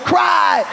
Cry